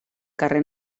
carrer